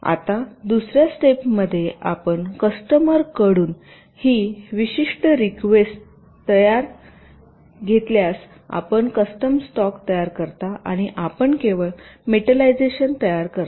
आता दुसर्या स्टेप मध्ये आपण कस्टमरकडून ही विशिष्ट रिक्वेस्ट घेतल्यास आपण कॅस्टम मास्क तयार करता आणि आपण केवळ मेटलायझेशन तयार करता